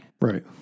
Right